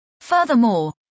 Furthermore